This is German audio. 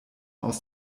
aus